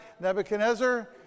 Nebuchadnezzar